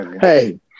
Hey